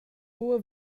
buca